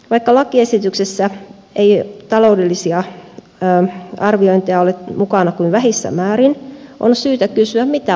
vaikka lakiesityksessä ei taloudellisia arviointeja ole mukana kuin vähissä määrin on syytä kysyä mitä vaikutuksia haetaan